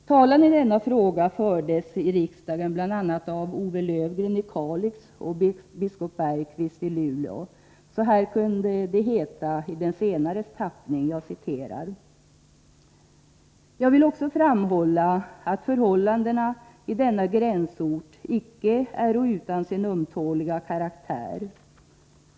Talan i denna fråga fördes i riksdagen bl.a. av O.W. Löwgren i Kalix och biskop Bergqvist i Luleå. Så här kunde det heta i den senares tappning: ”Jag vill också framhålla, att förhållandena i denna gränsort icke äro utan sin ömtåliga karaktär.